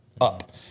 up